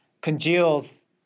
congeals